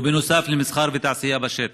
ובנוסף, למסחר ותעשייה בשטח.